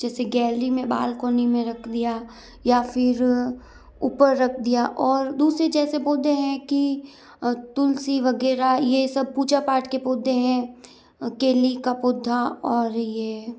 जैसे गैलरी में बालकोनी में रख दिया या फिर ऊपर रख दिया और दूसरी जैसे पौधे हैं कि तुलसी वगैरह ये सब पूजा पाठ के पौधें हैं केली का पौधा और ये